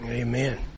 amen